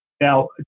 Now